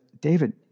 David